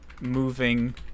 moving